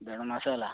ଦେଢ଼ମାସ ହେଲା